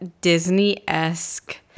Disney-esque